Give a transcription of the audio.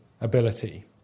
ability